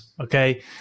Okay